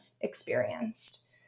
experienced